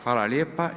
Hvala lijepa.